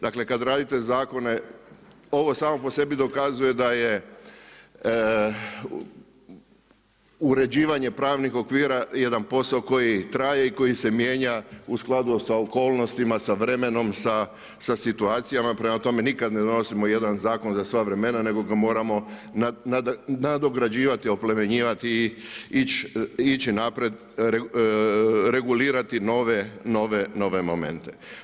Dakle, kada radite zakone, ovo samo po sebi dokazuje da je uređivanje pravnih okvira, jedan posao koji traje i koji se mijenja u skladu sa okolnostima, sa vremenom, sa situacijama, prema tome, nikada ne donosimo jedan zakon za sva vremena, nego ga moramo nadograđivati, oplemenjivati, ići naprijed, regulirati nove momente.